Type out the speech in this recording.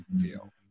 Feel